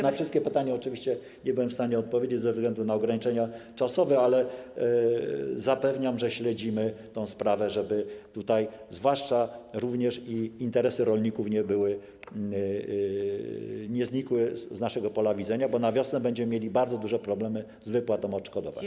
Na wszystkie pytania oczywiście nie byłem w stanie odpowiedzieć ze względu na ograniczenia czasowe, ale zapewniam, że śledzimy tę sprawę, żeby zwłaszcza interesy rolników nie znikły z naszego pola widzenia, bo na wiosnę będziemy mieli bardzo duże problemy z wypłatą odszkodowań.